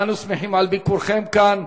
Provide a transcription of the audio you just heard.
אנו שמחים על ביקורכם כאן,